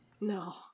No